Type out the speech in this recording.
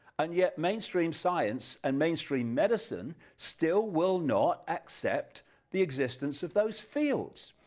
and yet mainstream science and mainstream medicine, still will not accept the existence of those fields,